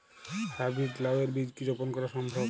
High breed লাও এর বীজ কি রোপন করা সম্ভব?